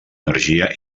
energia